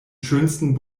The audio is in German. schönsten